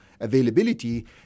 availability